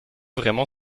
vraiment